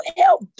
help